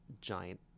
giant